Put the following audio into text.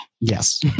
yes